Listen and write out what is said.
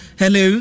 hello